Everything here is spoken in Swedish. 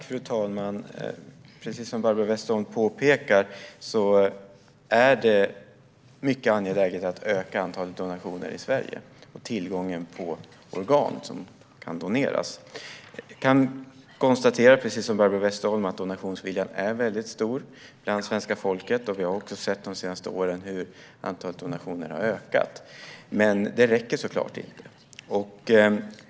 Fru talman! Precis som Barbro Westerholm påpekar är det mycket angeläget att öka antalet donationer i Sverige och tillgången på organ som kan doneras. Precis som Barbro Westerholm kan jag konstatera att donationsviljan är väldigt stor bland svenska folket. Vi har också sett att antalet donationer har ökat under de senaste åren. Men det räcker såklart inte.